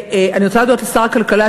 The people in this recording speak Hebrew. אני רוצה להודות לשר הכלכלה,